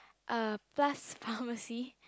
uh plus pharmacy